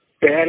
bad